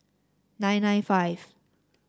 nine nine five